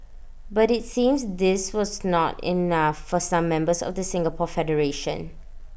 but IT seems this was not enough for some members of the Singapore federation